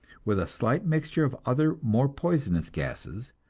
with a slight mixture of other more poisonous gases,